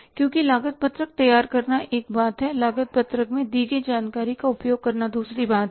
क्योंकि लागत पत्रक तैयार करना एक बात है लागत पत्रक में दी गई जानकारी का उपयोग करना दूसरी बात है